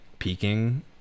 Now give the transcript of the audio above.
peaking